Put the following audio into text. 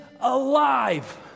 alive